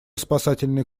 спасательный